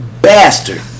bastard